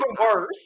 worse